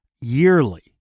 yearly